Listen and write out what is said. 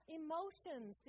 emotions